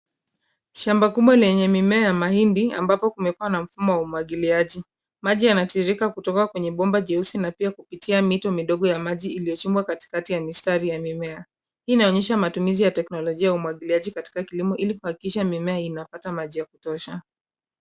Shamba kubwa lenye mimea ya mahindi ambapo kumekua na mfumo wa umwagiliaji. Maji yanatiririka kutoka kwenye bomba jeusi na pia kupitia mito midogo ya maji iliyochimbwa katikati ya mistari ya mimea. Hii inaonyesha matumizi ya teknolojia ya umwagiliaji katika kilimo ili kuhakikisha mimea inapata maji ya kutosha.